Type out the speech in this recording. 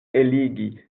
eligi